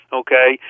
okay